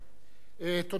תודה רבה.